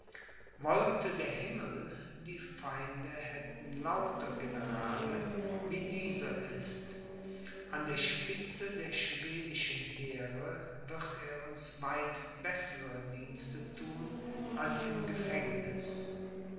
wollte der himmel die feinde hätten lauter generale wie dieser ist an der spitze der schwedischen heere wird er uns weit bessere dienste thun als im gefängniß